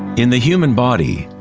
in the human body,